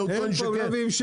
שכן.